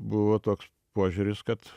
buvo toks požiūris kad